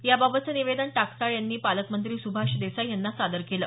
याबाबतचं निवेदन टाकसाळ यांनी पालकमंत्री सुभाष देसाई यांना सादर केलं